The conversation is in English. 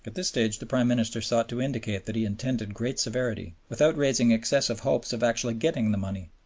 this stage the prime minister sought to indicate that he intended great severity, without raising excessive hopes of actually getting the money,